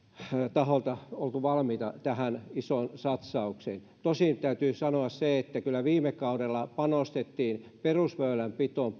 taholta oltu valmiita tähän isoon satsaukseen tosin täytyy sanoa se että kyllä viime kaudellakin panostettiin perusväylänpitoon